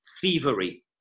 thievery